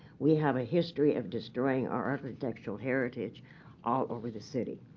we have a history of destroying our architectural heritage all over the city.